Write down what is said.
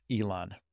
Elon